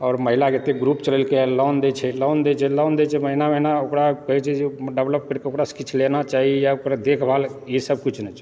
आओर महिलाके एते ग्रुप चलेलकै हँ लोन दैत छै लोन दैत छै महीना महीना ओकरा कहै छै जे डिवेलप करि कऽ ओकरासँ किछु लेना चाही या ओकरा देखभाल इ सब किछु नहि छै